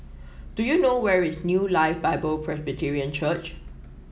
do you know where is New Life Bible Presbyterian Church